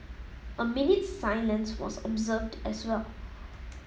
a minute's silence was observed as well